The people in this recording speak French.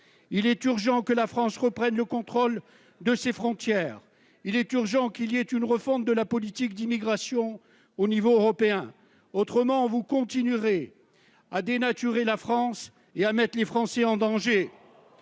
Il est urgent que la France reprenne le contrôle de ses frontières. Il est urgent qu'il y ait une refonte de la politique d'immigration au niveau européen. Sinon, vous continuerez à dénaturer la France et à mettre les Français en danger.